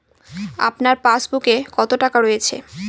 আপনার পাসবুকে কত টাকা রয়েছে?